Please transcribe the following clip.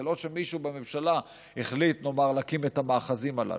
זה לא שמישהו בממשלה החליט להקים את המאחזים הללו.